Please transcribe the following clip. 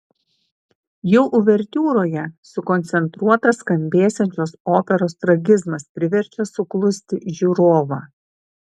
jau uvertiūroje sukoncentruotas skambėsiančios operos tragizmas priverčia suklusti žiūrovą